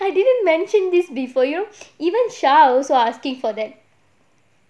I didn't mention this before you know even shao also asking for that